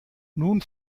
nun